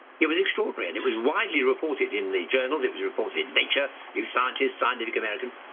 it was extraordinary and it was widely reported in the journals. it was reported in nature, new scientists, scientific american.